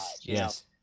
Yes